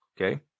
okay